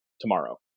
tomorrow